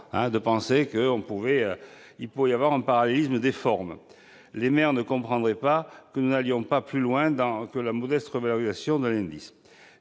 d'envisager un parallélisme des formes. Les maires ne comprendraient pas que nous n'allions pas plus loin que la modeste revalorisation de l'indice.